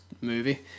movie